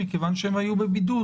מכיוון שהם היו בבידוד,